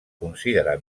considerar